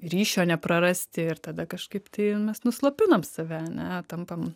ryšio neprarasti ir tada kažkaip tai mes nuslopinam save ane tampam